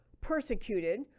persecuted